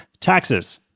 taxes